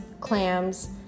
clams